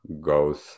goes